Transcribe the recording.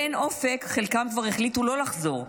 באין אופק, חלקם כבר החליטו לא לחזור.